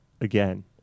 again